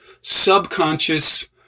subconscious